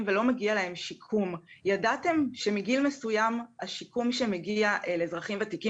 שאין לה לאן ללכת,